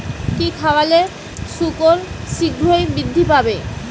কি খাবালে শুকর শিঘ্রই বৃদ্ধি পায়?